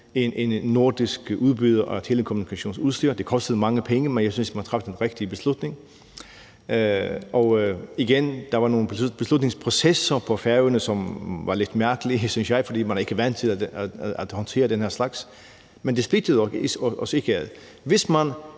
en nordisk udbyder af telekommunikationsudstyr. Det kostede mange penge, men jeg synes, at man traf den rigtige beslutning. Og igen, der var nogle beslutningsprocesser på Færøerne, som var lidt mærkelige, synes jeg, fordi man ikke er vant til at håndtere den slags, men det splittede os ikke. Hvis man